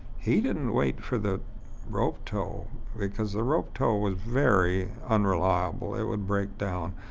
he didn't wait for the rope tow because the rope tow was very unreliable. it would break down,